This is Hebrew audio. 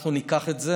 אנחנו ניקח את זה